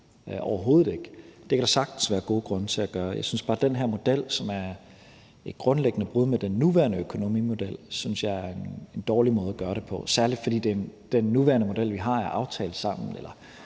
overhovedet ikke. Det kan der sagtens være gode grunde til at gøre. Jeg synes bare, at den her model, som er et grundlæggende brud med den nuværende økonomimodel, er en dårlig måde at gøre det på, særlig fordi den nuværende model, vi har, er aftalt efter